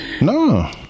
No